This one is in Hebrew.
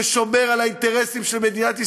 ששומר על האינטרסים של מדינת ישראל.